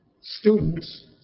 students